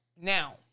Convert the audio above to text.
Now